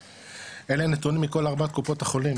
אלה נתונים מכל ארבעת קופות החולים